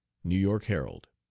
new york herald.